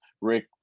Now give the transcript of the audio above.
Rick